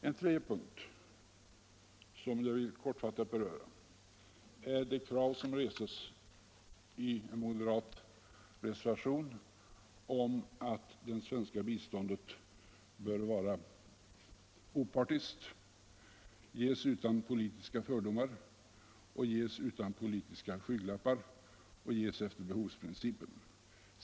En tredje punkt som jag vill kortfattat beröra är det krav som reses i en moderat reservation om att det svenska biståndet bör vara opartiskt, ges utan politiska fördomar, ges utan politiska skygglappar och ges efter behovsprincipen.